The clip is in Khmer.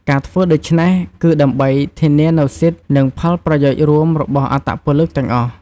ការធ្វើដូច្នេះ គឺដើម្បីធានានូវសិទ្ធិ និងផលប្រយោជន៍រួមរបស់អត្តពលិកទាំងអស់។